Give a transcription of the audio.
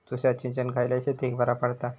तुषार सिंचन खयल्या शेतीक बरा पडता?